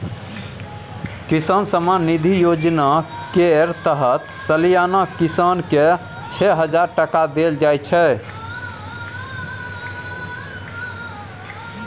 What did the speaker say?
किसान सम्मान निधि योजना केर तहत सलियाना किसान केँ छअ हजार टका देल जाइ छै